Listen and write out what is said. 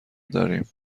داریم